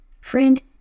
Friend